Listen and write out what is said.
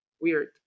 weird